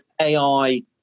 ai